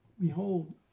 behold